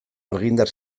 argindar